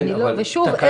ושוב,